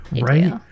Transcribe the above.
right